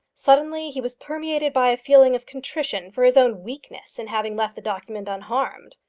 suddenly he was permeated by a feeling of contrition for his own weakness in having left the document unharmed.